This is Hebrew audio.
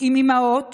עם אימהות